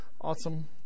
Awesome